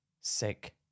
sick